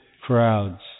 crowds